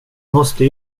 måste